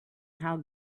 how